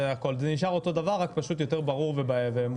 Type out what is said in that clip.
זה נשאר אותו הדבר אלא שיהיה יותר ברור ומובן.